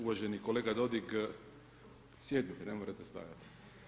Uvaženi kolega Dodig, sjednite, ne morate stajati.